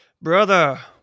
Brother